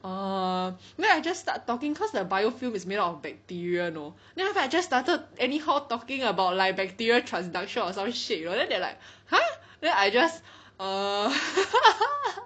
err then I just start talking cause the biofuel is made up of bacteria know then after that I just started anyhow talking about like bacteria transduction or some shit you know then they are like !huh! then I just err